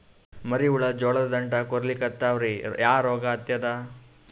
ಮರಿ ಹುಳ ಜೋಳದ ದಂಟ ಕೊರಿಲಿಕತ್ತಾವ ರೀ ಯಾ ರೋಗ ಹತ್ಯಾದ?